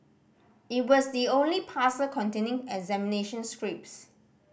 it was the only parcel containing examination scripts